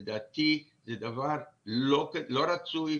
לדעתי זה דבר לא רצוי.